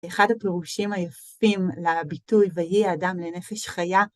אחד הפירושים היפים לביטוי, ויהי האדם לנפש חיה,